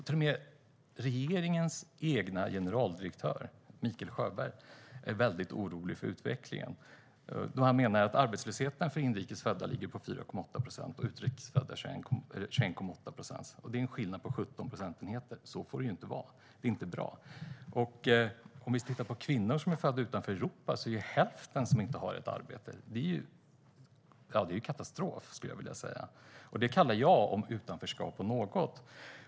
Till och med regeringens egen generaldirektör Mikael Sjöberg är väldigt orolig för utvecklingen. Han menar att arbetslösheten för inrikes födda ligger på 4,8 procent och för utrikes födda på 21,8 procent. Det är en skillnad på 17 procentenheter. Så får det inte vara. Det är inte bra. Vi kan titta på kvinnor som är födda utanför Europa. Hälften av dem har inte ett arbete. Det är katastrof, skulle jag vilja säga. Det kallar jag utanförskap om något.